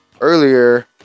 earlier